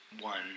one